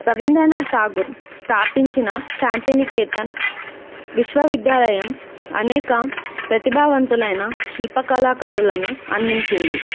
రవీంద్రనాథ్ ఠాగూర్ స్థాపించిన శాంతినికేతన్ విశ్వవిద్యాలయం అనేక ప్రతిభావంతులైన శిల్పకళాకారులను అందించింది